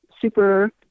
super